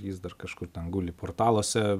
jis dar kažkur ten guli portaluose